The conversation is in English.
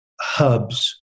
hubs